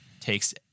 takes